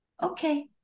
okay